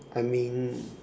I mean